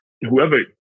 whoever